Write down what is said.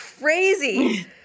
crazy